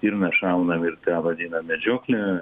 ir mes šaunam ir tą vadinam medžioklę